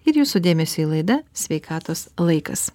ir jūsų dėmesiui laida sveikatos laikas